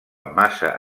massa